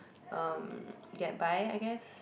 um get by I guessed